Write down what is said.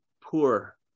poor